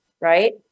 Right